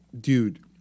Dude